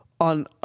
on